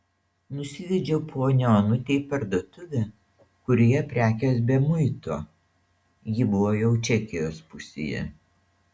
nusivedžiau ponią onutę į parduotuvę kurioje prekės be muito ji buvo jau čekijos pusėje